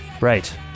right